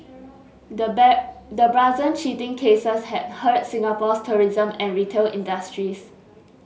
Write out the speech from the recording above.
the the brazen cheating cases had hurt Singapore's tourism and retail industries